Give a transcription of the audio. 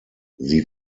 sie